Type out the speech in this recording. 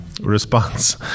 Response